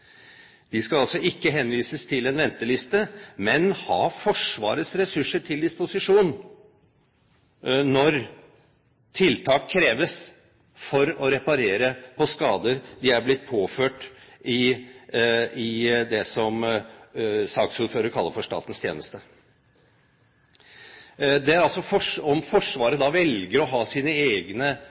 De skal altså ikke henvises til en venteliste, men ha Forsvarets ressurser til disposisjon når tiltak kreves for å reparere skader de er blitt påført i det som saksordføreren kaller for statens tjeneste. Om Forsvaret velger å ha sine egne